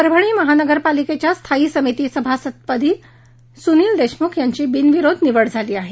परभणी महानगरपालिकेच्या स्थायी समिती सभापतीपदी सुनील देशमुख यांची बिनविरोध निवड झाली आहे